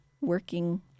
working